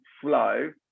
flow